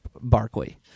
Barkley